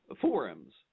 forums